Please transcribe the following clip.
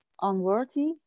Unworthy